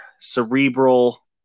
cerebral